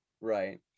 right